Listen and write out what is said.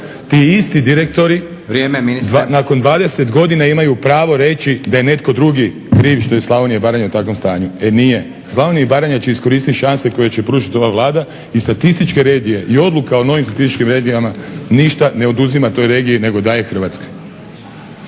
ti isti direktori nakon 20 godina imaju pravo reći da je netko drugi kriv što je Slavonija i Baranja u takvom stanju. E nije, Slavonija i Baranja će iskoristiti šanse koje će joj pružiti ova Vlada i statističke regije i odluka o novim statističkim regijama ništa ne oduzima toj regiji nego daje Hrvatskoj.